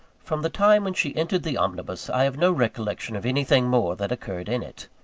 from the time when she entered the omnibus, i have no recollection of anything more that occurred in it.